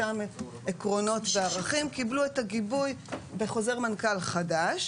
אותם עקרונות וערכים קיבלו את הגיבוי בחוזר מנכ"ל חדש.